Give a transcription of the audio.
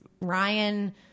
Ryan